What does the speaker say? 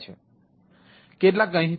તેમાંથી કેટલાક અહીં છે